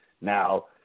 Now